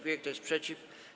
Kto jest przeciw?